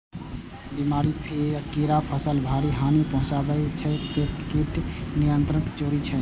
बीमारी, कीड़ा फसल के भारी हानि पहुंचाबै छै, तें कीट नियंत्रण जरूरी छै